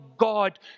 God